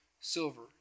silver